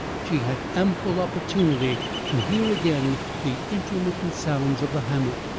she had ample opportunity to hear again the intermittent sounds of the hammer,